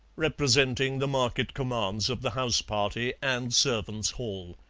representing the market commands of the house-party and servants' hall.